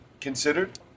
considered